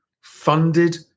funded